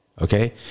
Okay